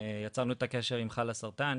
יצרנו את הקשר עם חלאסרטן,